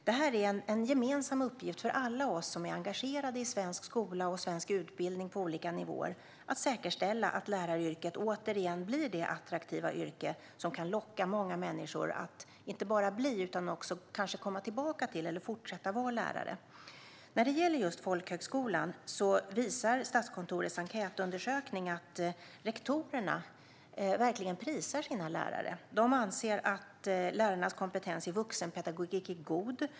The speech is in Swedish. Det är en gemensam uppgift för alla oss som är engagerade i svensk skola och svensk utbildning på olika nivåer att säkerställa att läraryrket åter blir ett attraktivt yrke som kan locka många människor att inte bara bli lärare utan kanske även att komma tillbaka till eller fortsätta att vara lärare. När det gäller just folkhögskolan visar Statskontorets enkätundersökning att rektorerna verkligen prisar sina lärare. De anser att lärarnas kompetens i vuxenpedagogik är god.